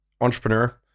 Entrepreneur